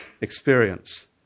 experience